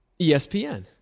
ESPN